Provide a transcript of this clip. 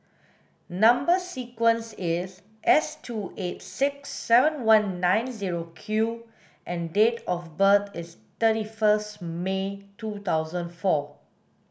number sequence is S two eight six seven one nine zero Q and date of birth is thirty first May two thousand four